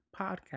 podcast